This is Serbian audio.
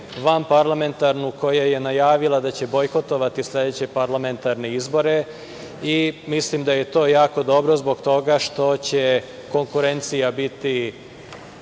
vanparlamentarnu, koja je najavila da će bojkotovati sledeće parlamentarne izbore. Mislim da je to jako dobro zbog toga što će konkurencija biti